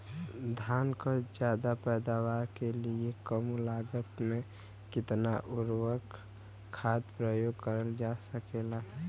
धान क ज्यादा पैदावार के लिए कम लागत में कितना उर्वरक खाद प्रयोग करल जा सकेला?